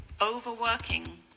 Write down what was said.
overworking